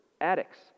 addicts